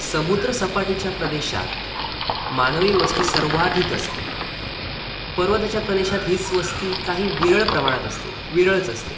समुद्र सपाटीच्या प्रदेशात मानवी वस्ती सर्वाधिक असते पर्वताच्या प्रदेशात हीच वस्ती काही विरळ प्रमाणात असते विरळच असते